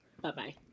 bye-bye